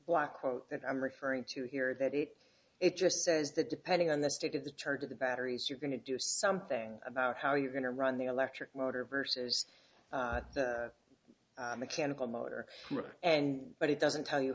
black quote that i'm referring to here that it it just says that depending on the state of the charge of the batteries you're going to do something about how you're going to run the electric motor versus mechanical motor and but it doesn't tell you